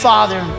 Father